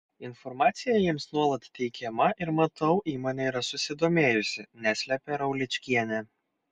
informacija jiems nuolat teikiama ir matau įmonė yra susidomėjusi neslepia rauličkienė